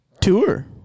Tour